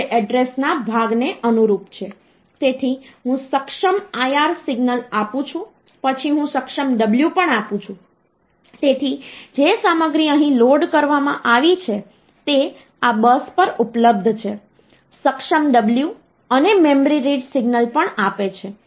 ઉદાહરણ તરીકે જો હું બાઈનરી નંબર સિસ્ટમમાં 45 નંબરને ધ્યાનમાં લઉં તો આ 1 0 છે તો આ 1 છે આ 2 ની ઘાત 32 16 8 4 2 છે અને જો આપણે તે રીતે લઈએ તો